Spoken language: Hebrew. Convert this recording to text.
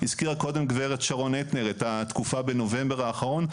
הזכירה קודם גברת שרון אטנר את התקופה בנובמבר האחרון,